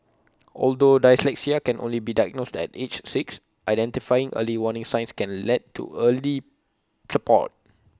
although dyslexia can only be diagnosed at age six identifying early warning signs can lead to earlier support